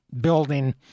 building